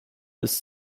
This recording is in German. ist